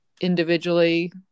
individually